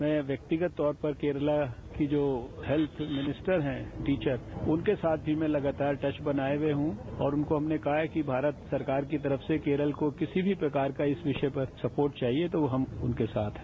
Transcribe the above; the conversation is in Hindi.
मैं व्यक्तिगत तौर पर केरला की जो हेत्थ मिनिस्टर हैं टीचर उनके साथ भी मैं लगातार टच बनाये हुए हूं और उनको हमने कहा है कि भारत सरकार की तरफ से केरल को किसी भी प्रकार का इस विषय पर सपोर्ट चाहिए तो हम उनके साथ हैं